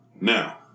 Now